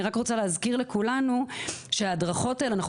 אני רק רוצה להזכיר לכולנו שההדרכות האלה ואנחנו